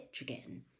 again